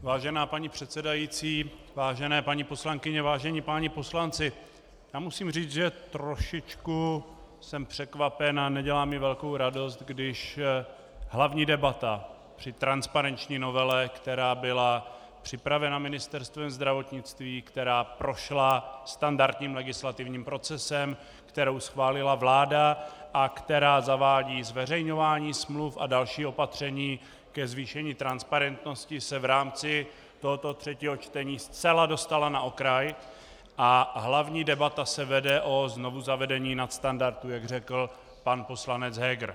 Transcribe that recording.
Vážená paní předsedající, vážené paní poslankyně, vážení páni poslanci, musím říct, že trošičku jsem překvapen a nedělá mi velkou radost, když hlavní debata při transparenční novele, která byla připravena Ministerstvem zdravotnictví, která prošla standardním legislativním procesem, kterou schválila vláda a která zavádí zveřejňování smluv a další opatření ke zvýšení transparentnosti, se v rámci tohoto třetího čtení zcela dostala na okraj a hlavní debata se vede o znovuzavedení nadstandardu, jak řekl pan poslanec Heger.